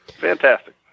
Fantastic